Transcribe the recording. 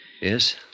Yes